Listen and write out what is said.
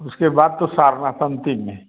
उसके बाद तो सारनाथ अंती में